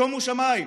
שומו שמיים.